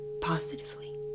positively